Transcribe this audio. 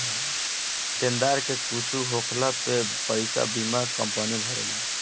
देनदार के कुछु होखला पे पईसा बीमा कंपनी भरेला